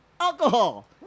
alcohol